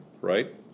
Right